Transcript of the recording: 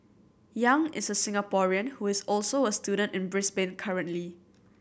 Yang is a Singaporean who is also a student in Brisbane currently